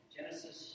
Genesis